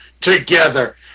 together